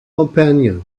companion